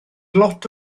lot